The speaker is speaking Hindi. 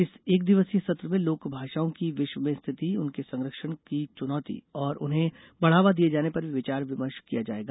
इस एक दिवसीय सत्र में लोक भाषाओं की विश्व में स्थिति उनके संरक्षण की चुनौती और उन्हें बढ़ावा दिये जाने पर भी विचार विमर्श किया जाएगा